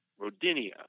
Rodinia